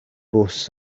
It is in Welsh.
bws